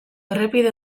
errepide